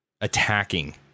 attacking